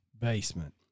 basement